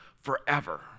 forever